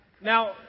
now